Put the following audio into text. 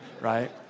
right